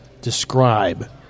describe